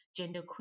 genderqueer